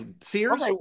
Sears